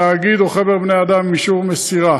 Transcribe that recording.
התאגיד או חבר בני-האדם, עם אישור מסירה.